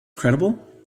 credible